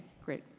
great.